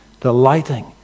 delighting